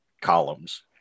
columns